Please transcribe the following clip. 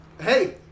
hey